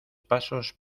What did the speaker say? pasos